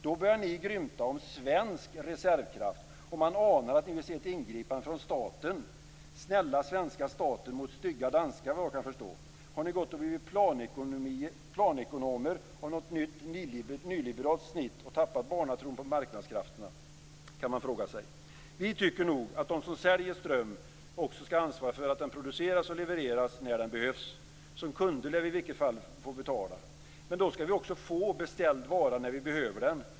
Då börjar ni grymta om svensk reservkraft, och man anar att ni vill se ingripande från staten. Snälla svenska staten och stygga danska staten, förstår jag att ni tycker. Har ni gått och blivit planekonomer av något nytt nyliberalt snitt och tappat barnatron på marknadskrafterna? Vi tycker nog att de som säljer elström också skall ansvara för att den produceras och levereras när den behövs och ta betalt för detta. Men då skall vi också få beställd vara när vi behöver den.